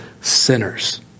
sinners